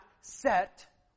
set